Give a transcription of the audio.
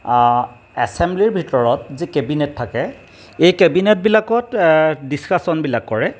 এচেম্ব্লিৰ ভিতৰত যি কেবিনেট থাকে এই কেবিনেটবিলাকত ডিছকাচনবিলাক কৰে